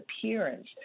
appearance